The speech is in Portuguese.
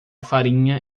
farinha